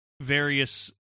various